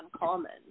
uncommon